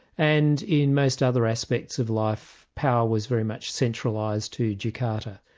and in most other aspects of life, power was very much centralised to jakarta.